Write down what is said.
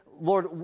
Lord